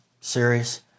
series